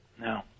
No